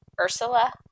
Ursula